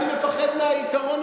אני מפחד מהעיקרון,